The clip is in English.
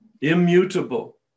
immutable